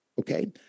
Okay